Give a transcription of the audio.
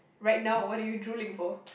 right now what are you drooling for